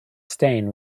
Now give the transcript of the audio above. stain